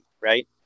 right